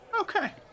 Okay